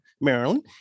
Maryland